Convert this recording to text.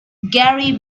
gary